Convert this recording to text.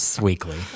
weekly